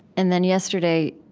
and then, yesterday,